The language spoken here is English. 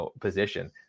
position